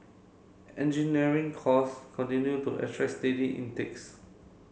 engineering course continue to attract steady intakes